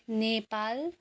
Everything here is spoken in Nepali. नेपाल